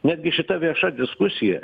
netgi šita vieša diskusija